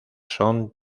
son